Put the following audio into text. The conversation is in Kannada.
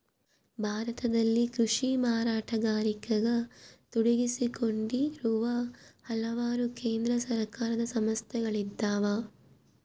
ಭಾರತದಲ್ಲಿ ಕೃಷಿ ಮಾರಾಟಗಾರಿಕೆಗ ತೊಡಗಿಸಿಕೊಂಡಿರುವ ಹಲವಾರು ಕೇಂದ್ರ ಸರ್ಕಾರದ ಸಂಸ್ಥೆಗಳಿದ್ದಾವ